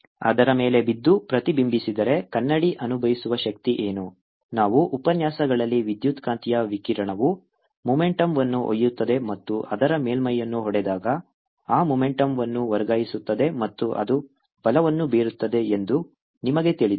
ಅದರ ಮೇಲೆ ಬಿದ್ದು ಪ್ರತಿಬಿಂಬಿಸಿದರೆ ಕನ್ನಡಿ ಅನುಭವಿಸುವ ಶಕ್ತಿ ಏನು ನಾವು ಉಪನ್ಯಾಸಗಳಲ್ಲಿ ವಿದ್ಯುತ್ಕಾಂತೀಯ ವಿಕಿರಣವು ಮೊಮೆಂಟುಮ್ವನ್ನು ಒಯ್ಯುತ್ತದೆ ಮತ್ತು ಅದು ಮೇಲ್ಮೈಯನ್ನು ಹೊಡೆದಾಗ ಆ ಮೊಮೆಂಟುಮ್ವನ್ನು ವರ್ಗಾಯಿಸುತ್ತದೆ ಮತ್ತು ಅದು ಬಲವನ್ನು ಬೀರುತ್ತದೆ ಎಂದು ನಿಮಗೆ ತಿಳಿದಿದೆ